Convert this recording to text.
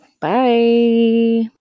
bye